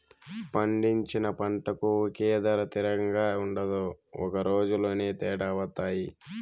పండించిన పంటకు ఒకే ధర తిరంగా ఉండదు ఒక రోజులోనే తేడా వత్తాయి